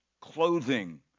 clothing